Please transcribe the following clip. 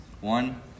One